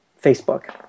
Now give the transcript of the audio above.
Facebook